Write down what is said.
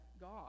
God